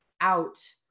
out